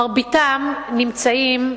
מרביתם נמצאים,